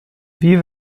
wie